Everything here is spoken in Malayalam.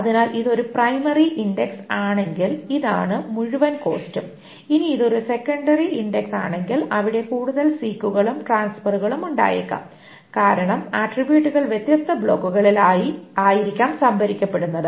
അതിനാൽ ഇത് ഒരു പ്രൈമറി ഇൻഡക്സ് ആണെങ്കിൽ ഇതാണ് മുഴുവൻ കോസ്റ്റും ഇനി ഇതൊരു സെക്കന്ററി ഇൻഡക്സ് ആണെങ്കിൽ അവിടെ കൂടുതൽ സീക്കുകളും ട്രാൻസ്ഫെറുകളും ഉണ്ടായേക്കാം കാരണം ആട്രിബ്യൂട്ടുകൾ വ്യത്യസ്ത ബ്ലോക്കുകളിൽ ആയിരിക്കാം സംഭരിക്കപ്പെടുന്നത്